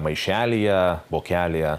maišelyje vokelyje